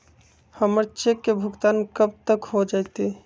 हमर चेक के भुगतान कब तक हो जतई